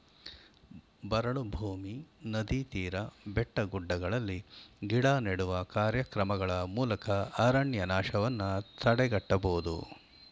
ಬರಡು ಭೂಮಿ, ನದಿ ತೀರ, ಬೆಟ್ಟಗುಡ್ಡಗಳಲ್ಲಿ ಗಿಡ ನೆಡುವ ಕಾರ್ಯಕ್ರಮಗಳ ಮೂಲಕ ಅರಣ್ಯನಾಶವನ್ನು ತಡೆಗಟ್ಟಬೋದು